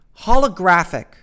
holographic